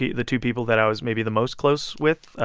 the the two people that i was maybe the most close with.